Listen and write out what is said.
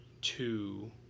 two